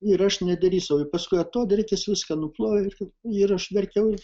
ir aš nedrįsau ir paskui atodrėkis viską nuplovė ir ir aš verkiau